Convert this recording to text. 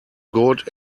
good